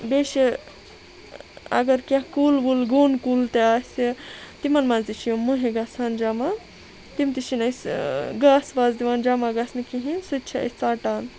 بیٚیہِ چھِ اگر کینٛہہ کُل وُل گوٚن کُل تہِ آسہِ تِمَن منٛز تہِ چھِ یِم مٔہیہِ گژھان جمع تِم تہِ چھِنہٕ أسۍ گاسہٕ واسہٕ دِوان جمع گژھنہٕ کِہیٖنۍ سُہ تہِ چھِ أسۍ ژَٹآن